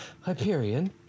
Hyperion